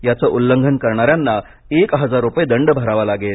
याचं उल्लंघन करणाऱ्यांना एक हजार रुपये दंड भरावा लागेल